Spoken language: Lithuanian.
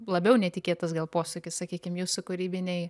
labiau netikėtas gal posūkis sakykim jūsų kūrybinėj